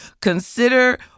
consider